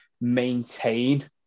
maintain